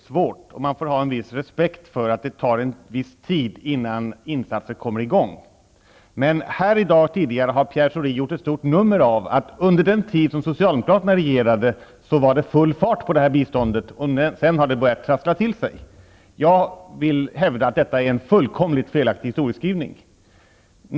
Herr talman! Att ordna ett Östeuropabistånd är svårt, och man får ha respekt för att det tar en viss tid innan insatser kommer i gång. Pierre Schori har här tidigare i dag gjort ett stort nummer av att det under den tid socialdemokraterna regerade var full fart på det här biståndet men att det sedan har börjat trassla till sig. Jag vill hävda att detta är en fullkomligt felaktig historieskrivning.